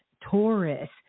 Taurus